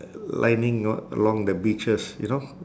lining a~ along the beaches you know